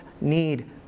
need